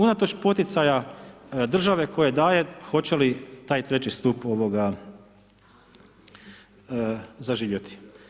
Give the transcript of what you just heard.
Unatoč poticaja države koja daje hoće li taj treći stup zaživjeti.